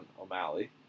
O'Malley